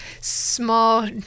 small